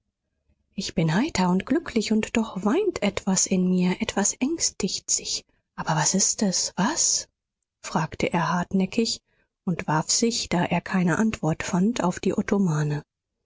ich bin heiter und glücklich und doch weint etwas in mir etwas ängstigt sich aber was ist es was fragte er hartnäckig und warf sich da er keine antwort fand auf die ottomane